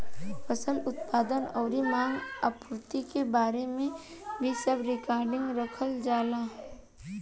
फसल उत्पादन अउरी मांग आपूर्ति के बारे में भी सब रिकार्ड रखल जाला